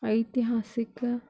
ಐತಿಹಾಸಿಕ